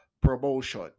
promotion